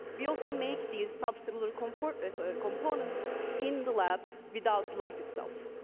we also make these subcellular components components in the lab without life itself.